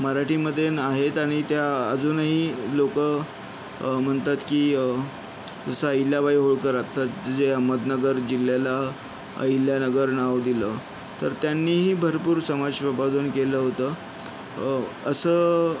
मराठीमधून आहेत आणि त्या अजूनही लोक म्हणतात की जसं अहिल्याबाई होळकर आत्ताच जे अहमदनगर जिल्ह्याला अहिल्यानगर नाव दिलं तर त्यांनीही भरपूर समाज प्रबोधन केलं होतं असं